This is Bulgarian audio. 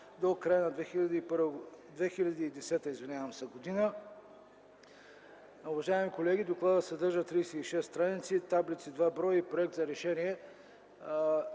до края на 2010 г. Колеги, докладът съдържа 36 страници, таблици – 2 бр. и проект за решение.